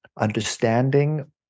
understanding